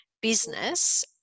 business